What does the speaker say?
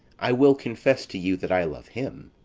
i will confess to you that i love him.